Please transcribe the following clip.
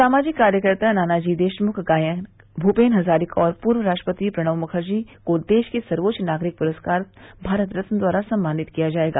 सामाजिक कार्यकर्ता नानाजी देशमुख गायक भुपेन हजारिका और पूर्व राष्ट्रपति प्रणव मुखर्जी को देश के सर्वोच्च नागरिक पुरस्कार भारत रत्न प्रदान किया जायेगा